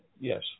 yes